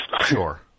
Sure